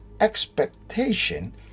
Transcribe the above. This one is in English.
expectation